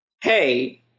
Hey